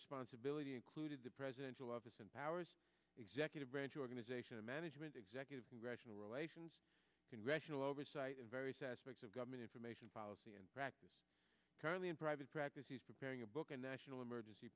responsibility included the presidential office and powers executive branch organizational management executive congressional relations congressional oversight in various aspects of government information policy and practice currently in private practice he's preparing a book a national emergency